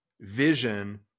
Vision